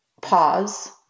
pause